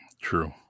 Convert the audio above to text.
True